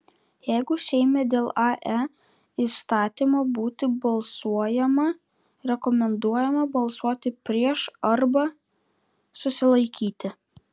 jeigu seime dėl ae įstatymo būtų balsuojama rekomenduojama balsuoti prieš arba susilaikyti